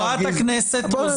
חברת הכנסת רוזין.